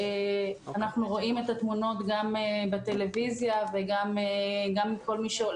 ואנחנו רואים את התמונות בטלוויזיה וגם ברחוב